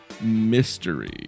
mystery